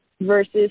versus